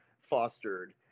fostered